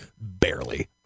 Barely